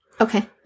Okay